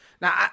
Now